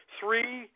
three